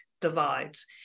divides